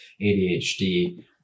ADHD